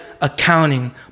Accounting